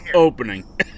opening